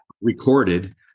Recorded